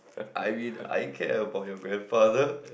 I mean I care about your grandfather